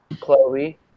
Chloe